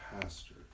pastor